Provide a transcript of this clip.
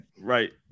Right